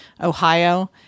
Ohio